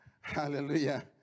Hallelujah